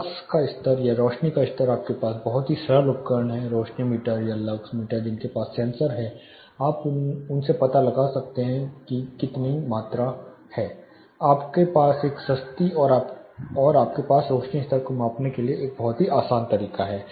lux का स्तर या रोशनी का स्तर आपके पास बहुत ही सरल उपकरण हैं रोशनी मीटर या लक्स मीटर जिनके पास सेंसर हैं आप उन्हें लगाते हैं कि वे पता लगाने में सक्षम होंगे आपके पास एक सस्ती है और आपके पास रोशनी स्तर को मापने का एक बहुत आसान तरीका है